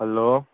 hello